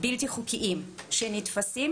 בלתי חוקיים שנתפסים,